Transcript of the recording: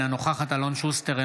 אינה נוכחת אלון שוסטר,